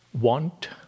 want